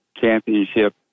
Championship